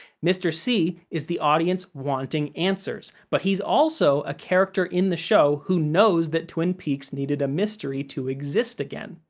mr. c is the audience wanting answers, but he's also a character in the show who knows that twin peaks needed a mystery to exist again,